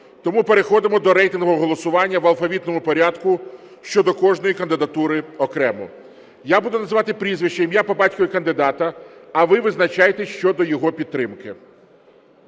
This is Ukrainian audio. Тому переходимо до рейтингового голосування в алфавітному порядку щодо кожної кандидатури окремо. Я буду називати прізвище, ім'я, по батькові кандидата, а ви визначайтесь щодо його підтримки.